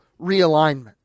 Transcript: realignment